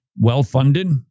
well-funded